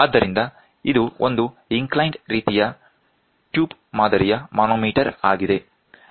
ಆದ್ದರಿಂದ ಇದು ಒಂದು ಇಂಕ್ಲೈಂಡ್ ರೀತಿಯ ಟ್ಯೂಬ್ ಮಾದರಿಯ ಮಾನೋಮೀಟರ್ ಆಗಿದೆ